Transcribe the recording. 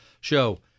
show